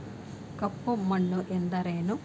ಕಪ್ಪು ಮಣ್ಣು ಎಂದರೇನು?